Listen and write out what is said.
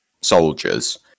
soldiers